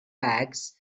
bags